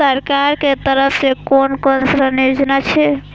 सरकार के तरफ से कोन कोन ऋण योजना छै?